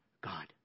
God